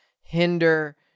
Hinder